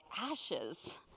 ashes